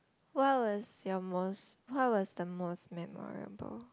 what was your most what was the most memorable